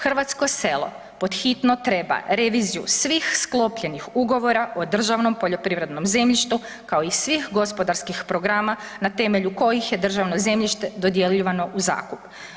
Hrvatsko selo pod hitno treba reviziju svih sklopljenih ugovora o državnom poljoprivrednom zemljištu, kao i svih gospodarskih programa na temelju kojih je državno zemljište dodjeljivano u zakup.